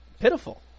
pitiful